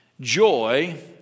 Joy